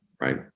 right